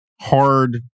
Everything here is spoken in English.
hard